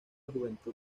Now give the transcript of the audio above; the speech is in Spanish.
juventud